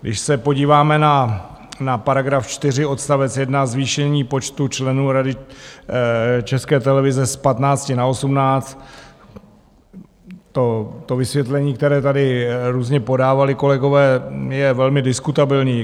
Když se podíváme na § 4 odst. 1, zvýšení počtu členů Rady České televize z 15 na 18, to vysvětlení, které tady různě podávali kolegové, je velmi diskutabilní.